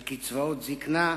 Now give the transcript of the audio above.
על קצבאות זיקנה,